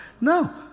No